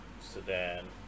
sedan